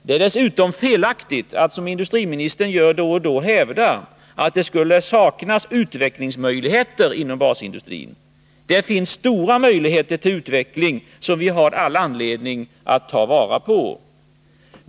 Det är dessutom felaktigt att, som industriministern gör, då och då hävda att det skulle saknas utvecklingsmöjligheter inom basindustrin. Där finns stora möjligheter till utveckling, som vi har all anledning att ta vara på.